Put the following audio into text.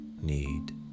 need